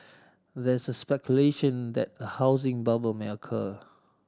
there is speculation that a housing bubble may occur